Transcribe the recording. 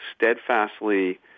steadfastly